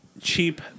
cheap